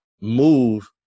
move